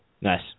Nice